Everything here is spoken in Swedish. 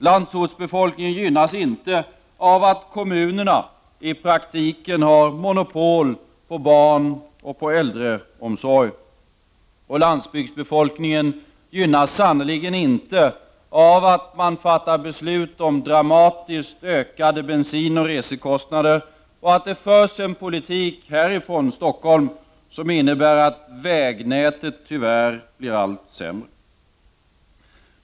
Landsortsbefolkningen gynnas inte av att kommunerna i praktiken har monopol på barnoch äldreomsorgen. Och landsbygdsbefolkningen gynnas sannerligen inte av att beslut fattas om dramatiskt ökade bensinoch resekostnader och av att det förs en politik härifrån Stockholm som innebär att vägnätet tyvärr blir allt sämre.